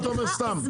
באו?